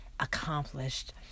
accomplished